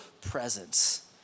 presence